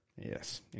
Yes